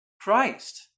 Christ